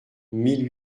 mille